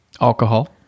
Alcohol